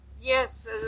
Yes